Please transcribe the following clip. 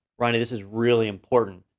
ronnie, this is really important,